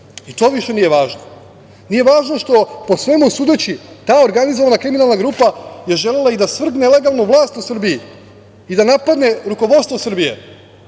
I to više nije važno. Nije važno što, po svemu sudeći, ta organizovana kriminalna grupa je želela i da svrgne legalnu vlast u Srbiji i da napadne rukovodstvo Srbije,